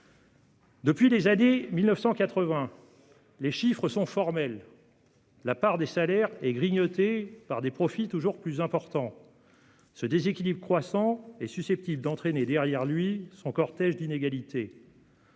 depuis les années 1980, la part des salaires est grignotée par des profits toujours plus importants. Ce déséquilibre croissant est susceptible d'entraîner derrière lui tout un cortège d'inégalités.